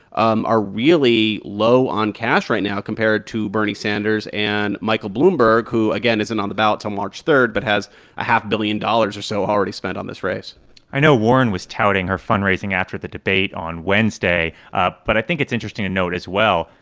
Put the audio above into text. um are really low on cash right now compared to bernie sanders and michael bloomberg, who, again, isn't on the ballot till march three but has a half-billion dollars or so already spent on this race i know warren was touting her fundraising after the debate on wednesday, ah but i think it's interesting to note as well,